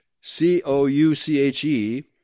C-O-U-C-H-E